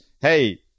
Hey